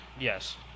Yes